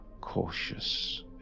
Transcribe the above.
Cautious